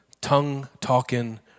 tongue-talking